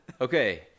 okay